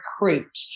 recruit